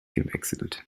gewechselt